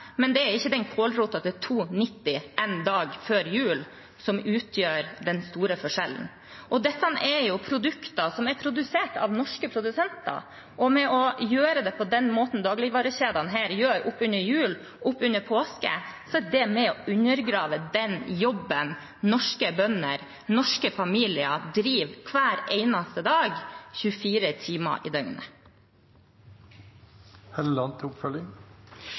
men det er ikke den kålroten til 2,90 kr en dag før jul som utgjør den store forskjellen. Dette er produkter som er produsert av norske produsenter. Å gjøre det på den måten som dagligvarekjedene gjør oppunder jul, oppunder påske, er med på å undergrave den jobben norske bønder, norske familier gjør hver eneste dag, 24 timer i døgnet.